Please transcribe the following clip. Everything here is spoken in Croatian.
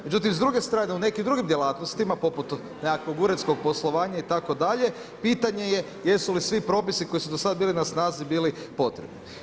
Međutim, s druge strane u nekim drugim djelatnostima poput nekakvog uredskog poslovanja itd. pitanje je jesu li svi propisi koji su do sada bili na snazi bili potrebni.